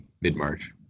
mid-march